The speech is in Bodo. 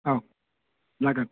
औ जागोन